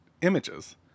images